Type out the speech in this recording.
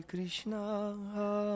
Krishna